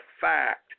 fact